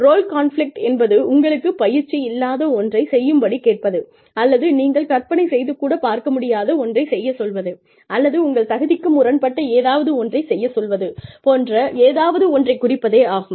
role conflict என்பது உங்களுக்குப் பயிற்சி இல்லாத ஒன்றைச் செய்யும்படி கேட்பது அல்லது நீங்கள் கற்பனை செய்து கூட பார்க்கமுடியாத ஒன்றைச் செய்யச் சொல்வது அல்லது உங்கள் தகுதிக்கு முரண்பட்ட ஏதாவது ஒன்றைச் செய்யச் சொல்வது போன்ற ஏதாவது ஒன்றைக் குறிப்பதே ஆகும்